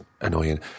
annoying